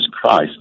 Christ